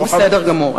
בסדר גמור.